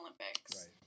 Olympics